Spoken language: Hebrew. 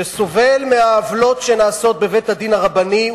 שסובל מהעוולות שנעשות בבית-הדין הרבני,